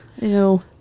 Ew